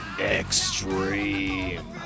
extreme